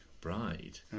Bride